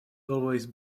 always